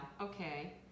okay